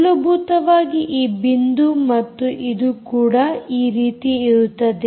ಮೂಲಭೂತವಾಗಿ ಈ ಬಿಂದು ಮತ್ತು ಇದು ಕೂಡ ಈ ರೀತಿ ಇರುತ್ತದೆ